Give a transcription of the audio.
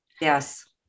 yes